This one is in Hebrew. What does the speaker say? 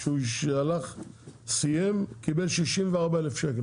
כשהוא סיים הוא קיבל 64,000 שקל,